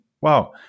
wow